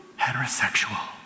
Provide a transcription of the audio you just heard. heterosexual